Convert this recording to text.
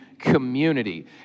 community